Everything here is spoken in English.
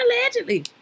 allegedly